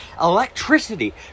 electricity